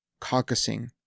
caucusing